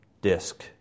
disc